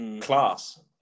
Class